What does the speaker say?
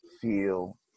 feel